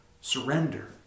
surrender